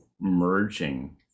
merging